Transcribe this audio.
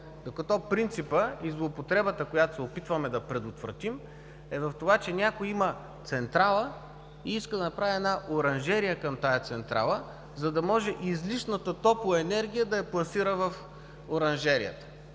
Принципът и злоупотребата, които се опитваме да предотвратим, е в това, че някой има централа и иска да направи оранжерия към тази централа, за да може излишната топлоенергия да пласира в оранжерията.